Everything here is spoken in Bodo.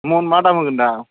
मन मा दाम होगोन दा